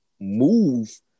move